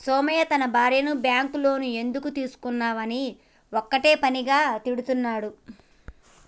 సోమయ్య తన భార్యను bank loan ఎందుకు తీసుకున్నవని ఒక్కటే పనిగా తిడుతున్నడు